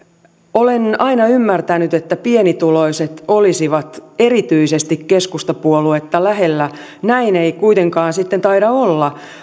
olen aina ymmärtänyt että pienituloiset olisivat erityisesti keskustapuoluetta lähellä näin ei kuitenkaan sitten taida olla